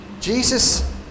Jesus